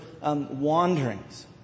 wanderings